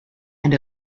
and